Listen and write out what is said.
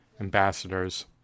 ambassadors